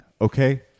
Okay